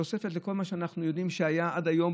בתוספת לכל מה שאנחנו יודעים שהיה עד היום,